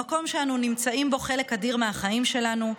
במקום שאנו נמצאים בו חלק אדיר מהחיים שלנו,